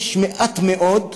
יש מעט מאוד,